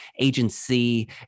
agency